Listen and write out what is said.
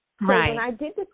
Right